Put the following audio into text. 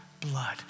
blood